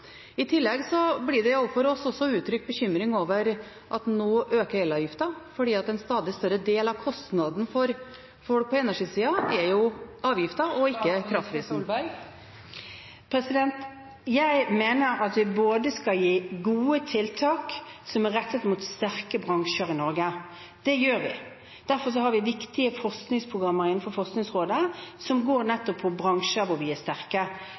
I tillegg blir det overfor oss uttrykt bekymring over at elavgiften nå øker, for en stadig større del av kostnaden for folk på energisiden er jo avgifter og ikke kraftprisen. Jeg mener at vi skal gi gode tiltak som er rettet mot sterke bransjer i Norge. Det gjør vi. Derfor har vi viktige forskningsprogrammer innenfor Forskningsrådet som nettopp går på bransjer hvor vi er sterke,